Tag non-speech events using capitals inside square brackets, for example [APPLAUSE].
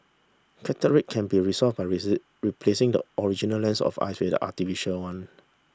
cataract can be resolved by [UNINTELLIGIBLE] replacing the original lens of eye with artificial one